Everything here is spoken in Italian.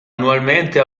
annualmente